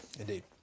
Indeed